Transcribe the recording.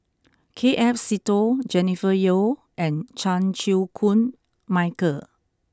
K F Seetoh Jennifer Yeo and Chan Chew Koon Michael